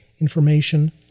Information